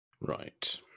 Right